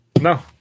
No